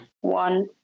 One